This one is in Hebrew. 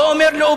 לא אומר למיטשל,